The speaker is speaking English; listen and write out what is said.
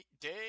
day